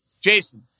Jason